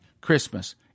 Christmas